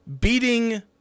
beating